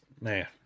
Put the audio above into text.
man